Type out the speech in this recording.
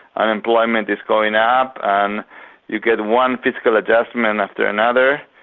unemployment is going up, and you get one fiscal adjustment after another.